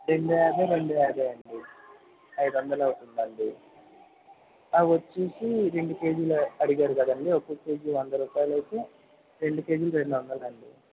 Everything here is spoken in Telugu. రెండు యాభై రెండు యాభై అండి అయిదు వందలు అవుతుంది అండి అవి వచ్చి రెండు కేజీలు అడిగారు కదండి ఒక్కక్క కేజీ వంద రూపాయలు అయితే రెండు కేజీలు రెండు వందలండి